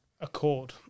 Accord